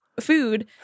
food